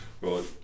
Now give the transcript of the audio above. Right